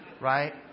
right